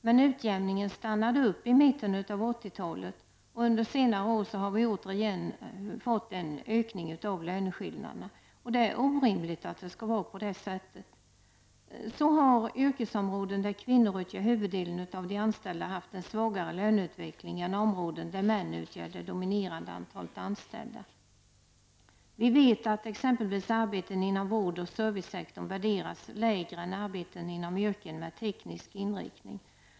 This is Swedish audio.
Men utjämningen stannade upp i mitten av 80-talet, och under senare år har det återigen skett en ökning av löneskillnaderna. Det är orimligt att det skall vara på det sättet! Så har yrkesområden där kvinnor utgör huvuddelen av de anställda haft en svagare löneutveckling än områden där män utgör det dominerande antalet anställda. Vi vet att exempelvis arbeten inom vård och servicesektorn värderas lägre än arbeten inom yrken med teknisk inriktning.